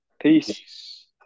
Peace